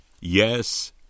Yes